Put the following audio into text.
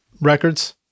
records